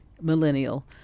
millennial